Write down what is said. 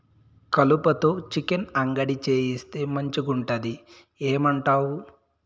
కలుపతో చికెన్ అంగడి చేయిస్తే మంచిగుంటది ఏమంటావు